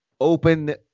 open